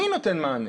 מי נותן מענה?